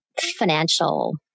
financial